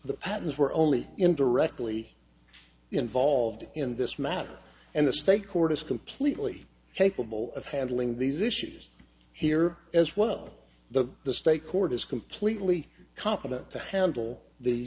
the patents were only indirectly involved in this matter and the state court is completely capable of handling these issues here as well the the state court is completely competent to handle the